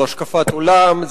זו השקפת עולם,